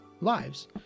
lives